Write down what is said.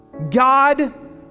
God